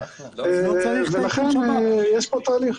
לכן יש פה תהליך.